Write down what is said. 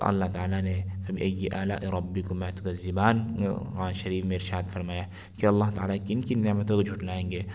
اور اللہ تعالیٰ نے فبأي آلاء ربكما تكذبان قرآن شریف میں ارشاد فرمایا کہ اللہ تعالیٰ کی کن کن نعمتوں کو جھٹلائیں گے